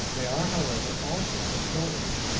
they are, however, also of gold,